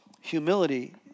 humility